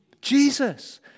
Jesus